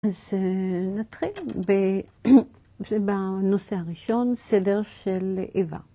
אז נתחיל בנושא הראשון, סדר של איבר.